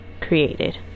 created